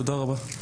תודה רבה.